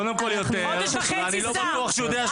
קודם כל, אני לא בטוח שהוא יודע שהוא שר.